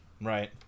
right